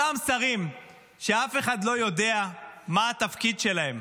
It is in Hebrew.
אותם שרים שאף אחד לא יודע מה התפקיד שלהם,